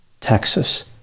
Texas